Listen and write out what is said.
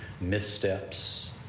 missteps